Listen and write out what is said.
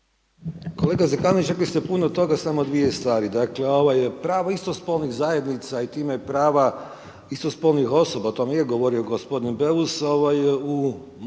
Kolega Zekanović, rekli ste puno toga, samo dvije stvari. Dakle, pravo istospolnih zajednica i time prava istospolnih osoba, o tome je govorio gospodin Beus, u zapadnom